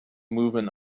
movement